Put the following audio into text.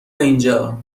اینجا